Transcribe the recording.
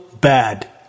bad